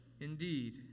indeed